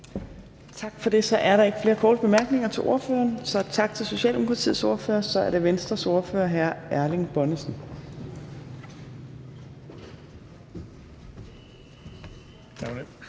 Tak for det. Så er der ikke flere korte bemærkninger til ordføreren, så tak til Socialdemokratiets ordfører. Så er det Venstres ordfører, hr. Erling Bonnesen.